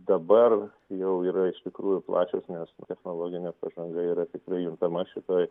dabar jau yra iš tikrųjų plačios nes technologinė pažanga yra tikrai juntama šitoj